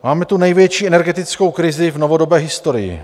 Máme tu největší energetickou krizi v novodobé historii.